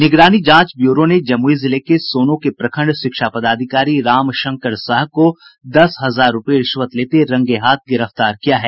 निगरानी जांच ब्यूरो ने जमुई जिले के सोनो के प्रखंड शिक्षा पदाधिकारी रामशंकर प्रसाद को दस हजार रूपये रिश्वत लेते रंगे हाथ गिरफ्तार किया है